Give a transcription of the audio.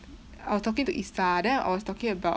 I was talking to isa then I was talking about